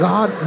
God